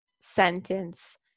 sentence